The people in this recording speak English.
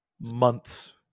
months